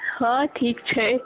हँ ठीक छै